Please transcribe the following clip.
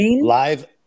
Live